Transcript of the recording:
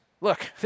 look